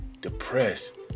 depressed